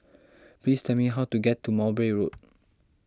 please tell me how to get to Mowbray Road